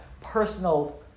personal